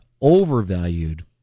overvalued